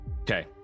Okay